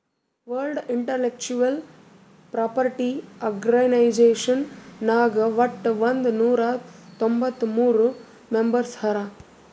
world Intellectual Property Organization ನಾಗ್ ವಟ್ ಒಂದ್ ನೊರಾ ತೊಂಬತ್ತ ಮೂರ್ ಮೆಂಬರ್ಸ್ ಹರಾ